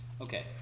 Okay